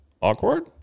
Awkward